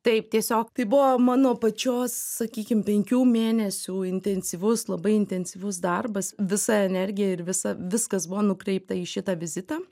taip tiesiog tai buvo mano pačios sakykim penkių mėnesių intensyvus labai intensyvus darbas visa energija ir visa viskas buvo nukreipta į šitą vizitą